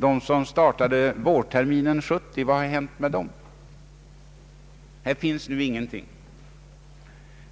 De som startade vårterminen 1970, vad har hänt med dem? Vi vet ingenting.